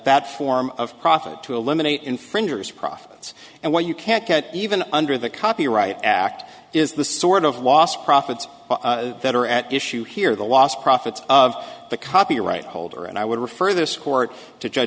that form of profit to eliminate infringers profits and what you can't get even under the copyright act is the sort of lost profits that are at issue here the lost profits of the copyright holder and i would refer this court to judge